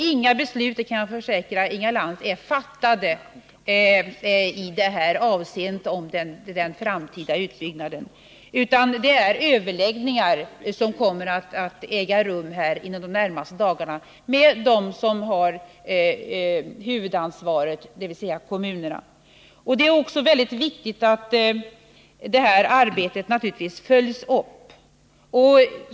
Inga beslut, det kan jag försäkra Inga Lantz, är fattade i detta avseende om den framtida utbyggnaden, utan det är överläggningar som kommer att äga rum med dem som har huvudansvaret, dvs. kommunerna. Det är naturligtvis väldigt viktigt att detta arbete följs upp.